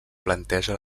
planteja